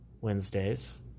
Wednesdays